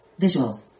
Visuals